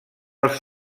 els